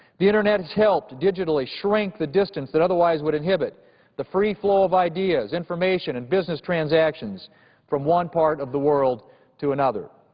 the internet has helped digitally shrink the distance that otherwise would inhibit the free flow of ideas, information and business transactions from one part of the world to another.